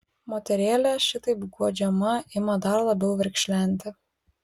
moterėlė šitaip guodžiama ima dar labiau verkšlenti